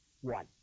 one